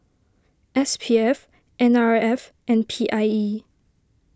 S P F N R F and P I E